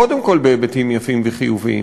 קודם כול בהיבטים יפים וחיוביים.